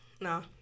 No